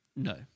No